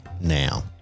now